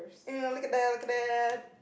girl look at that look at that